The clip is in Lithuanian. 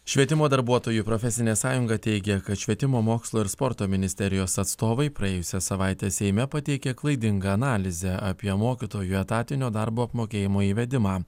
švietimo darbuotojų profesinė sąjunga teigia kad švietimo mokslo ir sporto ministerijos atstovai praėjusią savaitę seime pateikė klaidingą analizę apie mokytojų etatinio darbo apmokėjimo įvedimą